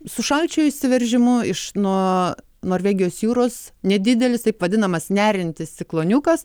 su šalčio įsiveržimu iš nuo norvegijos jūros nedidelis taip vadinamas nerintis cikloniukas